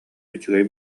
үчүгэй